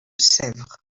sèvres